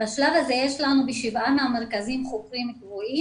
בשלב הזה יש לנו בשבעה מהמרכזים חוקרים קבועים